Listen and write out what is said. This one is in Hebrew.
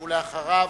ואחריו,